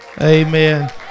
Amen